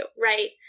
right